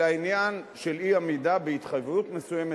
אלא עניין של עמידה בהתחייבות מסוימת.